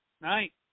night